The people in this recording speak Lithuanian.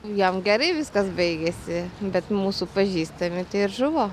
jam gerai viskas baigėsi bet mūsų pažįstami ir žuvo